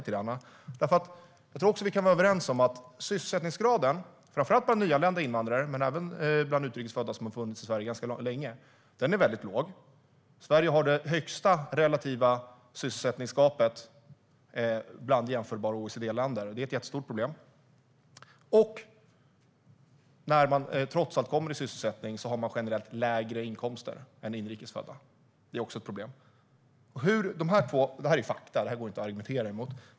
Jag tror också att vi kan vara överens om att sysselsättningsgraden är väldigt låg framför allt bland nyanlända invandrare men även bland utrikesfödda som funnits i Sverige ganska länge. Sverige har det största relativa sysselsättningsgapet bland jämförbara OECD-länder. Det är ett jättestort problem. Och när de trots allt kommer i sysselsättning har de generellt lägre inkomster än inrikesfödda. Det är också ett problem. Det här är fakta som det inte går att argumentera emot.